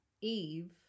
Eve